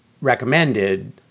recommended